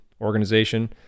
organization